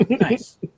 Nice